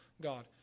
God